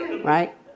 Right